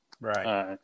Right